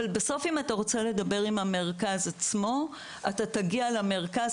אבל בסוף אם אתה רוצה לדבר עם המרכז עצמו אתה תגיע למרכז.